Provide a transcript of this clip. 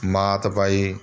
ਮਾਤ ਪਾਈ